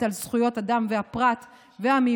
תפיסה השומרת על זכויות אדם והפרט והמיעוט,